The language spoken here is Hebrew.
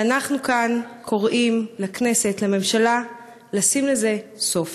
ואנחנו כאן קוראים לכנסת, לממשלה, לשים לזה סוף.